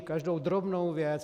Každou drobnou věc...